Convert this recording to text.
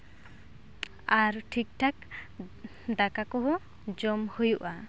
ᱟᱨ ᱴᱷᱤᱠᱼᱴᱷᱟᱠ ᱫᱟᱠᱟ ᱠᱚᱦᱚᱸ ᱡᱚᱢ ᱦᱩᱭᱩᱜᱼᱟ